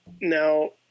now